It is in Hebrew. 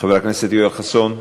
חבר הכנסת יואל חסון,